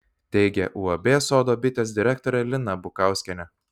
teigia uab sodo bitės direktorė lina bukauskienė